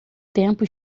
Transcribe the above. tempo